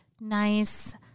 nice